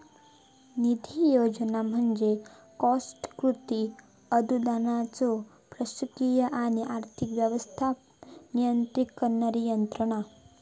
निधी योजना म्हणजे कॉस्ट कृती अनुदानाचो प्रशासकीय आणि आर्थिक व्यवस्थापन नियंत्रित करणारी यंत्रणा